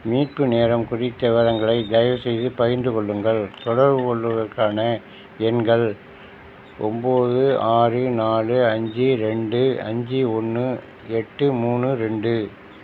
மீட்பு நேரம் குறித்த விவரங்களை தயவுசெய்து பகிர்ந்துக் கொள்ளுங்கள் தொடர்பு கொள்வதற்கான எண்கள் ஒம்போது ஆறு நாலு அஞ்சு ரெண்டு அஞ்சு ஒன்று எட்டு மூணு ரெண்டு